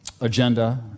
agenda